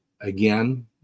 again